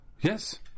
Yes